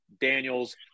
Daniels